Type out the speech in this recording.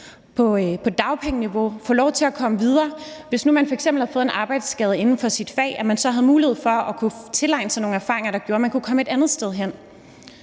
på dagpengeniveau og få lov til at komme videre, så man havde mulighed for at kunne tilegne sig nogle erfaringer, der gjorde, at man kunne komme et andet sted hen,